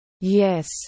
Yes